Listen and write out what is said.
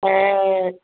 ऐं